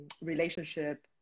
relationship